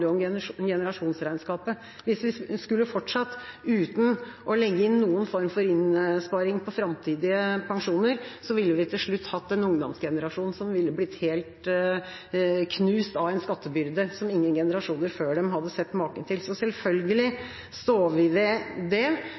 om generasjonsregnskapet. Hvis vi skulle fortsatt uten å legge inn noen form for innsparing på framtidige pensjoner, ville vi til slutt hatt en ungdomsgenerasjon som ville blitt helt knust av en skattebyrde som ingen generasjoner før dem hadde sett maken til. Selvfølgelig står vi ved det.